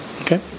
Okay